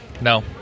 No